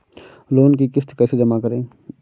Loan की किश्त कैसे जमा करें?